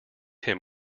him